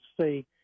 see